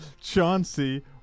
Chauncey